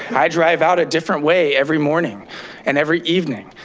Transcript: i drive out a different way every morning and every evening.